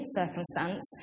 circumstance